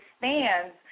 fans